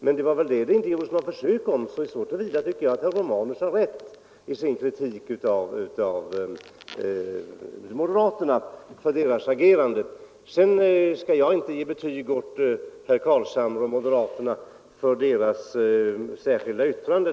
Men det gjordes väl inget försök i den vägen, och så till vida tycker jag att herr Romanus har rätt i sin kritik av moderaternas agerande. Jag skall inte ge betyg åt herr Carlshamre och moderaterna för deras särskilda yttrande.